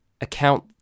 account